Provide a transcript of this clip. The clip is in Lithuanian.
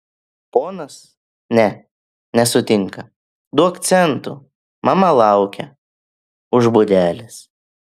ponas ne nesutinka duok centų mama laukia už būdelės